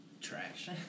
trash